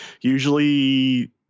usually